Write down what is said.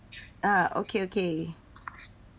ah okay okay